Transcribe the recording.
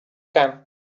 can